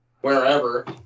wherever